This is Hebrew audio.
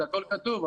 הכול כתוב.